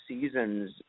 seasons